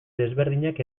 desberdinak